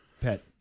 pet